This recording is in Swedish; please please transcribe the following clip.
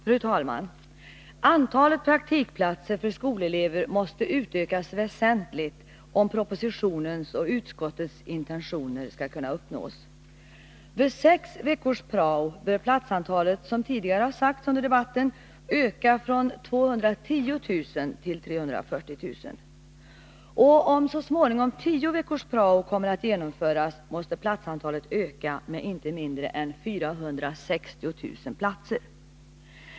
Fru talman! Antalet praktikplatser för skolelever måste utökas väsentligt om propositionens och utskottets intentioner skall kunna uppnås. Vid sex veckors prao bör platsantalet, som sagts tidigare under debatten, öka från 210 000 till 340 000. Om tio veckors prao så småningom kommer att genomföras, måste platsantalet öka med inte mindre än 460 000 platser.